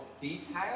detail